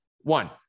one